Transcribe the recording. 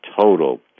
total